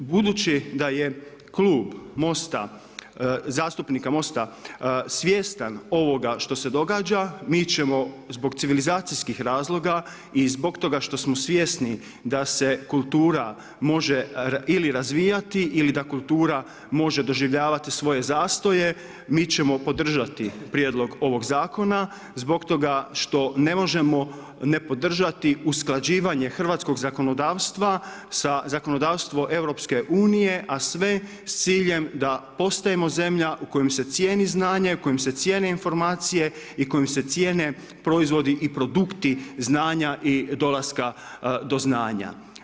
Budući da je Klub zastupnika Mosta svjestan ovoga što se događa mi ćemo zbog civilizacijskih razloga i zbog toga što smo svjesni da se kultura može ili razvijati ili da kultura može doživljavati svoje zastoje mi ćemo podržati Prijedlog ovog zakona zbog toga što ne možemo ne podržati usklađivanje hrvatskog zakonodavstva sa zakonodavstvom Europske unije a sve s ciljem da postajemo zemlja u kojoj se cijeni znanje, u kojoj se cijene informacije i u kojoj se cijene proizvodi i produkti znanja i dolaska do znanja.